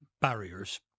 barriers